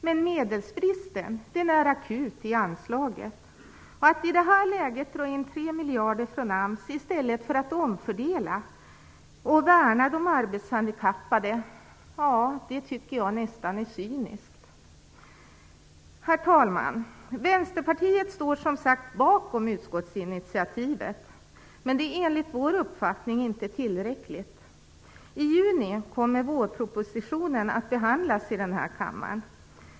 Men medelsbristen är akut. Att i detta läge dra in 3 miljarder från AMS i stället för att omfördela och värna de arbetshandikappade, tycker jag nästan är cyniskt. Herr talman! Vänsterpartiet står som sagt bakom utskottsinitiativet. Men det är enligt vår uppfattning inte tillräckligt. I juni kommer vårpropositionen att behandlas i denna kammare.